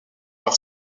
par